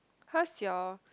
how's your